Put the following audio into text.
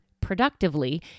productively